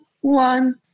one